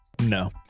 No